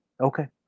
Okay